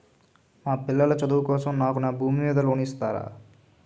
మా పిల్లల చదువు కోసం నాకు నా భూమి మీద లోన్ ఇస్తారా?